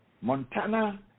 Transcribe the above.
Montana